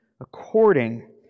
according